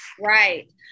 Right